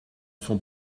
sont